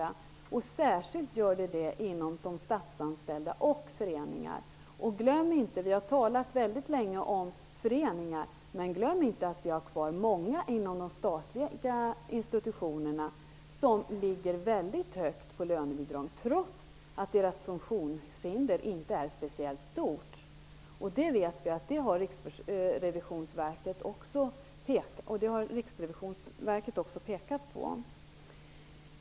Det gäller särskilt för statsanställda och för anställda i föreningar. Vi har talat väldigt länge om föreningar. Men glöm inte att vi har många människor kvar inom de statliga institutionerna som har en väldigt hög lönebidragsnivå trots att deras funktionshinder inte är speciellt stort. Det har Riksrevisionsverket också pekat på.